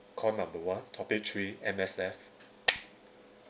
call number one topic three M_S_F